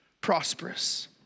prosperous